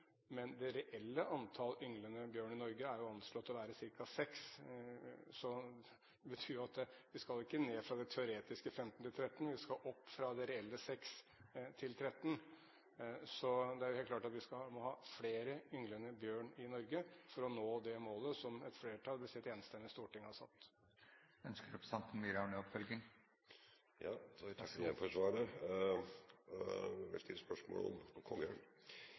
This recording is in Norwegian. men det reelle antallet ynglende bjørn i Norge er anslått til å være ca. 6. Det betyr jo at vi skal ikke ned fra det teoretiske 15 til 13, vi skal opp fra det reelle 6 til 13. Så det er helt klart at vi må ha flere ynglende bjørn i Norge for å nå det målet som et enstemmig storting har satt. Jeg takker igjen for svaret. Jeg vil stille et spørsmål om